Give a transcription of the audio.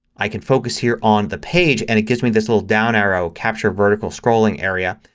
i can focus here on the page and it gives me this little down arrow capture vertical scrolling area.